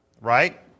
right